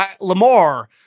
Lamar